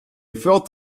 felt